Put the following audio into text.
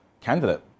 candidate